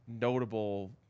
notable